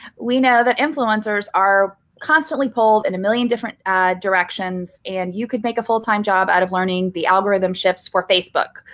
we know that influencers are constantly pulled in a million different directions and you could make a full time job out of learning the algorithm shifts for facebook,